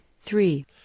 three